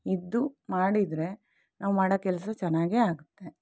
ಇದ್ದು ಮಾಡಿದರೆ ನಾವು ಮಾಡೋ ಕೆಲಸ ಚೆನ್ನಾಗೇ ಆಗುತ್ತೆ